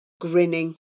grinning